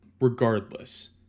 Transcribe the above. Regardless